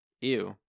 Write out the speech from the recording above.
Ew